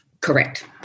Correct